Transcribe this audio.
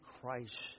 Christ